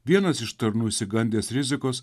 vienas iš tarnų išsigandęs rizikos